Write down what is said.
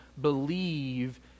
believe